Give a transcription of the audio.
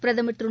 பிரதமர் திரு